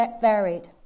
varied